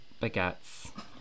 baguettes